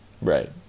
right